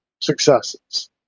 successes